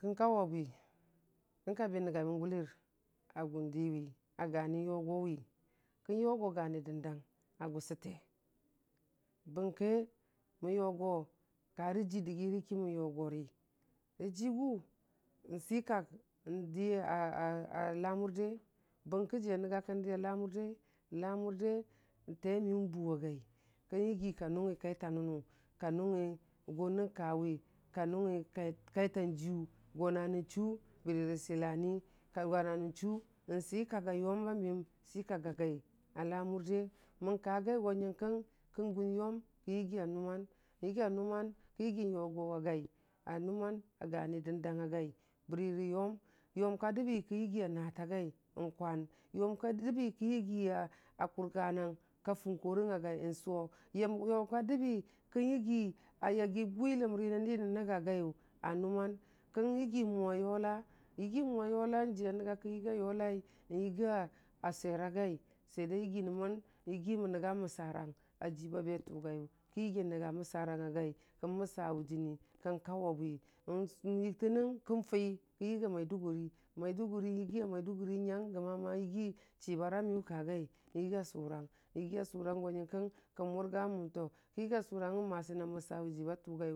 Kən kawʊwi, kən ka bi nəngamən kʊgo gani dəndang a gʊsʊte, bərəki mən yigo kərə ji dəyirə ki mən yʊgori rə ji gʊ nsi kag ndiya lamurde bərə ki ji nənga ki noyu lamʊrde, lamʊrde nte miyu nbuwe yau kən yiyi ka nʊngə kaita, nənu ka nʊngə gʊnən kawi, ka nənyo kai tangiyʊ go na nən chʊ bərə rə silanii, kə go nən chʊ nsi kak a yʊmba məyəm si kak a gai a lamʊrde, mən ka gwiyo nyənkən kən gʊnyom kən yigi a nʊman, nyigi a nʊman, kən yigi yʊgowa gai a nʊman a gani dəndang a yai bəri rə yum, yum ka dəbi kən yigi a natəgui n kwan, yʊm ka dəbi kən yi gi a kʊgarang ka fʊngʊrəng a gai, nsʊ yumka dəbi kən yigi a yagi bwiləmri nən di nən nənyn a gaiyu a numan kən yigi mənwa yola, yigimənwa yola jiya nənga kən yiga yolai nyigi a swer a gai swer da yigimən mən yigi mən nəngu məsarang a jibabe tʊga yʊ, kən yigi nənga məsa rang agui kən məsa wʊ jini kən kawʊbwi, n yiktənəng kən fi kən yiga Maidugu n, Maidugur, yigi a Maiduguri nyang gəmama yigi chibaramiyu ka gai yiya sʊrang, yiga suʊrang go nyənkəng kən mʊrya mon kən yiga sʊranyəng masi məsawʊ ji ba tʊgayʊ.